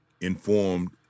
informed